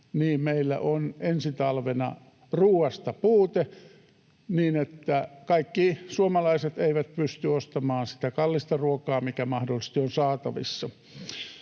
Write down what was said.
niin meillä on ensi talvena ruoasta puute, niin että kaikki suomalaiset eivät pysty ostamaan sitä kallista ruokaa, mikä mahdollisesti on saatavissa.